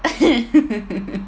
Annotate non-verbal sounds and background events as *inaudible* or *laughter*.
*laughs*